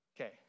Okay